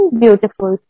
beautiful